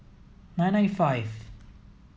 nine nine five